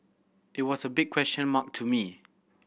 it was a big question mark to me